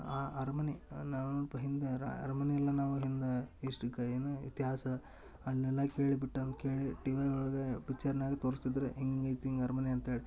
ಆ ಅರಮನೆ ಹಿಂದೆ ರ ಅರ್ಮನೆಯಲ್ಲ ನಾವು ಹಿಂದೆ ಎಷ್ಟಕ ಏನು ಇತಿಹಾಸ ಅಲ್ಲೆಲ್ಲ ಕೇಳಿ ಬಿಟ್ಟ ಕೇಳಿ ಟಿವಿನೊಳಗೆ ಪಿಚ್ಚರ್ನಾಗ ತೋರಸ್ತಿದ್ರ ಹಿಂಗಿತ್ತು ಹಿಂಗೆ ಅರ್ಮನೆ ಅಂತೇಳಿ